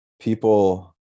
people